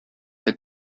that